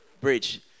bridge